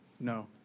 no